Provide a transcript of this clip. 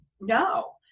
no